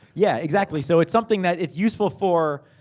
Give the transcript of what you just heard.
yeah, exactly. so, it's. something that it's useful for,